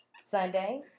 Sunday